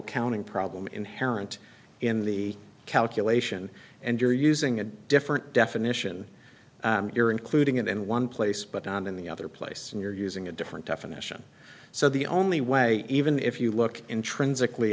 double counting problem inherent in the calculation and you're using a different definition you're including it in one place but on in the other place and you're using a different definition so the only way even if you look intrinsically